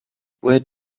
where